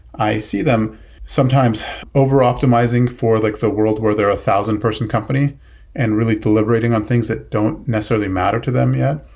i see them sometimes over-optimizing for like the world where they're a thousand person company and really deliberating on things that don't necessarily matter to them yet.